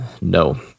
No